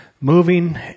moving